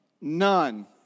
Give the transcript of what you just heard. None